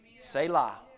Selah